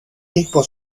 mismo